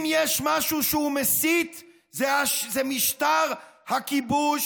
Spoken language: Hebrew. אם יש משהו שהוא מסית זה משטר הכיבוש,